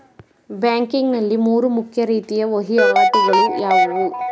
Banking ನಲ್ಲಿ ಮೂರು ಮುಖ್ಯ ರೀತಿಯ ವಹಿವಾಟುಗಳು ಯಾವುವು?